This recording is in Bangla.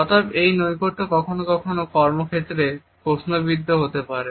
অতএব এই নৈকট্য কখনও কখনও কর্মক্ষেত্রে প্রশ্নবিদ্ধ হতে পারে